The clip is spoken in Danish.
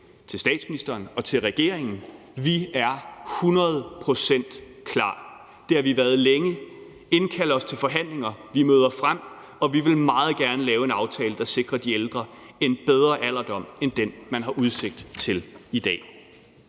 til statsministeren og til regeringen: Vi er hundrede procent klar, og det har vi været længe! Indkald os til forhandlinger, vi møder frem, og vi vil meget gerne lave en aftale, der sikrer de ældre en bedre alderdom end den, man har udsigt til i dag.